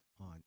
on